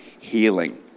healing